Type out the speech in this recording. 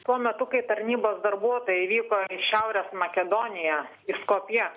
tuo metu kai tarnybos darbuotojai vyko į šiaurės makedoniją į skopjė